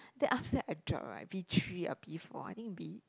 then after that I drop right B three or B four I think B